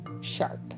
sharp